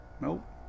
Nope